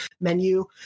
menu